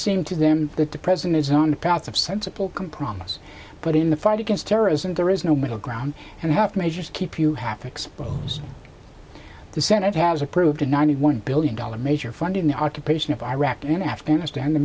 seem to them that the president is on the path of sensible can promise but in the fight against terrorism there is no middle ground and half measures keep you happy exposed the senate has approved a ninety one billion dollar major funding the occupation of iraq and afghanistan t